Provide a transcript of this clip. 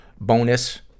bonus